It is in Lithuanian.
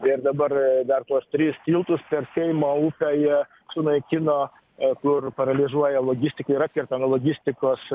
ir dabar dar tuos tris tiltus per seimo upę jie sunaikino o kur paralyžiuoja logistiką ir atkerta nuo logistikos